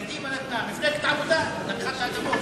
קדימה נתנה, מפלגת העבודה לקחה את האדמות.